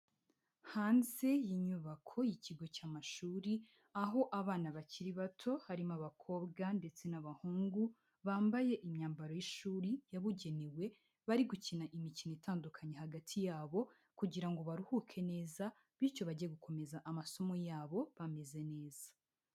Hanze y'inyubako y'ikigo cy'amashuri, aho abana bakiri bato, harimo abakobwa ndetse n'abahungu bambaye imyambaro y'ishuri yabugenewe. Bari gukina imikino itandukanye hagati yabo, kugira ngo baruhuke neza. Bityo bajye gukomeza amasomo yabo bameze neza.